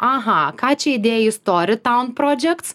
aha ką čia įdėjo į storį tam prodžekts